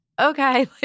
Okay